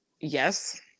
yes